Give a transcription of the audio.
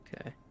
Okay